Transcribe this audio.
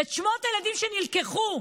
את שמות הילדים שנלקחו.